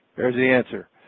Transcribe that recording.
there's the answer.